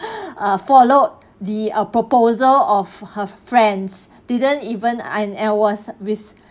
uh followed the uh proposal of her friends didn't even and I was with